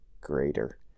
greater